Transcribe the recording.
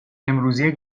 امروزی